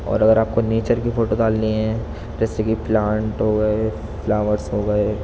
اور اگر آپ کو نیچر کی فوٹو ڈالنی ہے جیسے کہ پلانٹ ہو گئے فلاورس ہو گئے